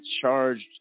charged